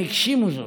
הם הגשימו זאת,